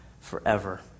forever